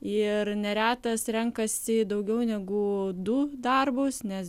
ir neretas renkasi daugiau negu du darbus nes